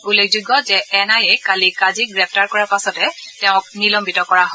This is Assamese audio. উল্লেখযোগ্য যে এন আই এই কালি কাজীক গ্ৰেপ্তাৰ কৰাৰ পাছতে তেওঁক নিলম্বিত কৰা হয়